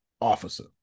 officer